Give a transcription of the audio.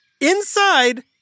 inside